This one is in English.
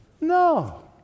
No